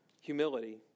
humility